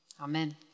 Amen